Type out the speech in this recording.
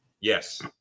Yes